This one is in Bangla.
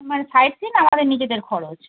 মানে সাইড সিন আলাদা নিজেদের খরচ